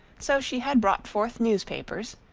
so she had brought forth newspapers,